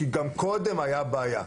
כי גם קודם הייתה בעיה.